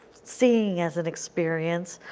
seeing as an experience,